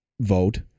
vote